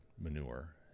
manure